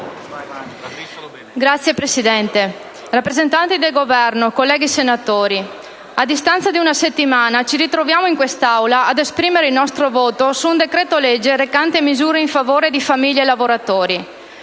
Signor Presidente, rappresentante del Governo, colleghi senatori, a distanza di una settimana ci ritroviamo in quest'Aula ad esprimere il nostro voto su un decreto-legge recante misure in favore di famiglie e lavoratori.